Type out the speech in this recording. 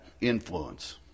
influence